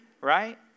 right